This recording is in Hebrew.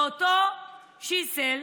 ואותו שליסל,